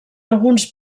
alguns